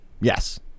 Yes